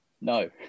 no